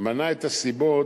מנה את הסיבות,